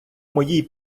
моїй